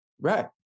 Right